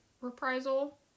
reprisal